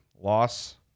Loss